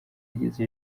ageza